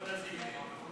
לא להזיק.